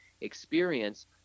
experience